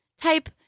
type